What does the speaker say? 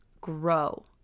grow